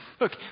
Look